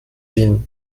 vin